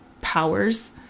powers